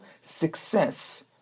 success